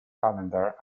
calendar